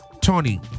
Tony